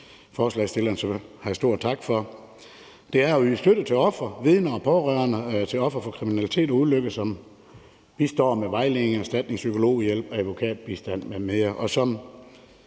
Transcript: forslagsstilleren have stor tak for. Det er jo en støtte til ofre, vidner og pårørende til ofre for kriminalitet og ulykke, som bistår med vejledning, erstatning, psykologhjælp, advokatbistand m.m., og som